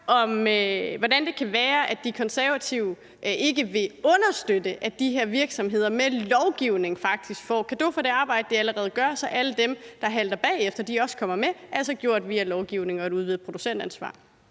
hvordan det kan være, at De Konservative ikke vil understøtte, at de her virksomheder med lovgivning faktisk får cadeau for det arbejde, de allerede gør, så alle dem, der halter bagefter, også kommer med, altså via lovgivning og et udvidet producentansvar.